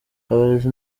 abarezi